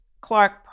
Clark